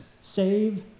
Save